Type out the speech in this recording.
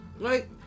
Right